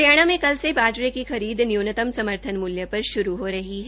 हरियाणा में कल से बाजरे की खरीद न्यूनतम समर्थन मूल्रू पर श्रू हो रही है